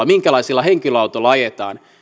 minkälaisilla henkilöautoilla suomessa ajetaan